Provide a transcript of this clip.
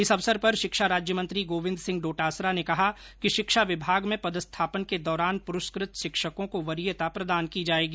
इस अवसर पर शिक्षा राज्यमंत्री गोविन्द सिंह डोटासरा ने कहा कि शिक्षा विभाग में पदस्थापन के दौरान पुरस्कृत शिक्षकों को वरियता प्रदान की जाएगी